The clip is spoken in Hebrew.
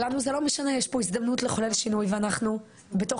יש פה הזדמנות לחולל שינוי ואנחנו בתוך